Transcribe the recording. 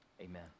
amen